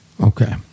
Okay